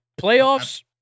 Playoffs